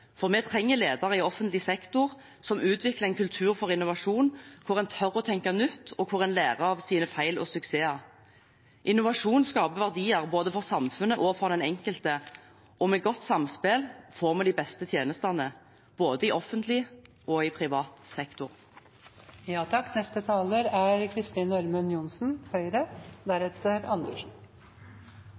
for vi trenger ledere i offentlig sektor som utvikler en kultur for innovasjon, hvor en tør å tenke nytt, og hvor en lærer av sine feil og suksesser. Innovasjon skaper verdier for både samfunnet og den enkelte, og med godt samspill får vi de beste tjenestene både i offentlig og i privat sektor.